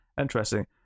interesting